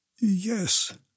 Yes